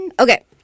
Okay